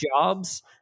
jobs